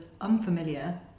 unfamiliar